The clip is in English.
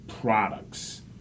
products